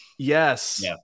Yes